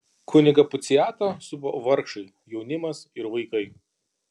kunigą puciatą supo vargšai jaunimas ir vaikai